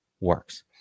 works